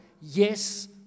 yes